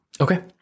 Okay